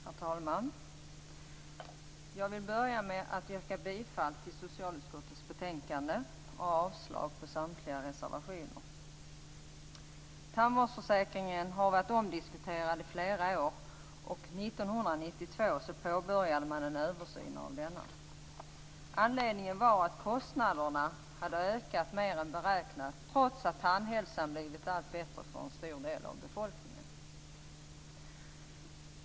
Herr talman! Jag vill börja med att yrka bifall till hemställan i socialutskottets betänkande och avslag på samtliga reservationer. Tandvårdsförsäkringen har varit omdiskuterad under flera år. År 1992 påbörjade man en översyn av denna. Anledningen var att kostnaderna hade ökat mer än beräknat, trots att tandhälsan blivit allt bättre för en stor del av befolkningen.